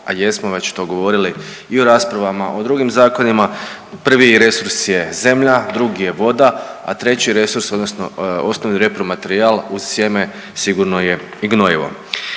a jesmo znači to govorili i u raspravama o drugim zakonima. Prvi resurs je zemlja, drugi je voda, a treći resurs odnosno osnovni repromaterijal uz sjeme sigurno je i gnojivo.